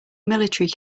military